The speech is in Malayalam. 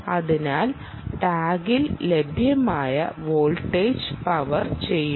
അതിനാൽ ടാഗിൽ ലഭ്യമായ വോൾട്ടേജ് പവർ ചെയ്യുന്നു